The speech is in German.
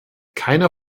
keiner